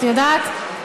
זו הצעת החוק הבאה.